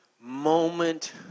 moment